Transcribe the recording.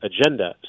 agenda